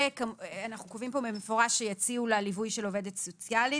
ואנחנו קובעים פה במפורש שיציעו לה ליווי של עובדת סוציאלית.